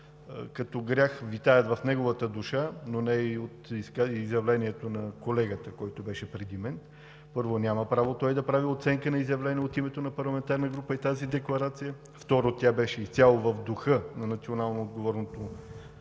като грях витаят в неговата душа, но не и от изявлението на колегата, който беше преди мен. Първо, той няма право да прави оценка на изявление от името на парламентарна група и тази декларация. Второ, тя беше изцяло в духа на